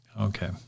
Okay